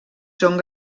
són